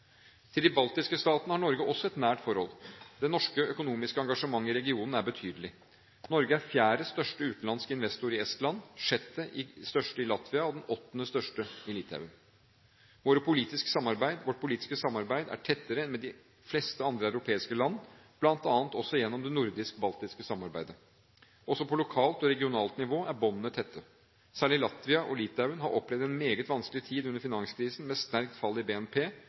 Til de baltiske statene har Norge også et nært forhold. Det norske økonomiske engasjementet i regionen er betydelig. Norge er fjerde største utenlandske investor i Estland, sjette største i Latvia og åttende største i Litauen. Vårt politiske samarbeid er tettere enn med de fleste andre europeiske land, bl.a. også gjennom det nordisk-baltiske samarbeidet. Også på lokalt og regionalt nivå er båndene tette. Særlig Latvia og Litauen har opplevd en meget vanskelig tid under finanskrisen, med sterkt fall i BNP